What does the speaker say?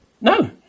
No